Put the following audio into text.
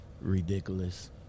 ridiculous